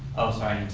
oh sorry,